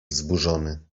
wzburzony